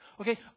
Okay